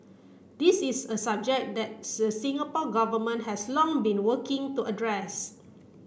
this is a subject that Singapore Government has long been working to address